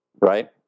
right